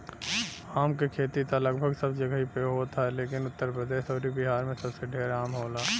आम क खेती त लगभग सब जगही पे होत ह लेकिन उत्तर प्रदेश अउरी बिहार में सबसे ढेर आम होला